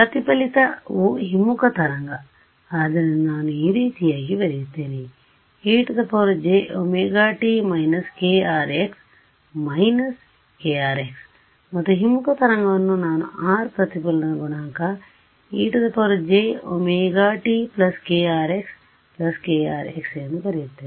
ಪ್ರತಿಫಲಿತವು ಹಿಮ್ಮುಖ ತರಂಗಆದ್ದರಿಂದ ನಾನು ಈ ರೀತಿಯಾಗಿ ಬರೆಯುತ್ತೇನೆ ejωt−kr x kr xಮತ್ತು ಹಿಮ್ಮುಖ ತರಂಗವನ್ನು ನಾನು R ಪ್ರತಿಫಲನ ಗುಣಾಂಕ ejωtkr xkr x ಎಂದು ಬರೆಯುತ್ತೇನೆ